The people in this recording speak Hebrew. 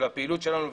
של הפעילות שלנו,